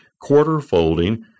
quarter-folding